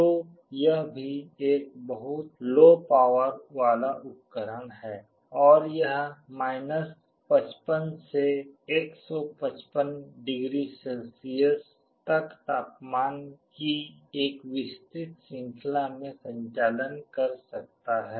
तो यह भी एक बहुत लो पावर वाला उपकरण है और यह 55 से 155 डिग्री सेल्सियस तक तापमान की एक विस्तृत श्रृंखला में संचालन कर सकता है